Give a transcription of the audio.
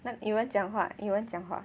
用英文讲话英文讲话